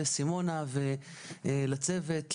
לסימונה ולצוות,